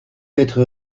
être